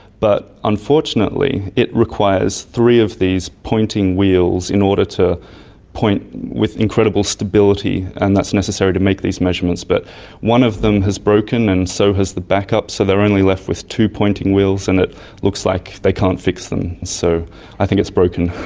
but unfortunately it requires three of these pointing wheels in order to point with incredible stability, and that's necessary to make these measurements, but one of them has broken and so has the backup, so they are only left with two pointing wheels and it looks like they can't fix them. so i think it's broken.